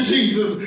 Jesus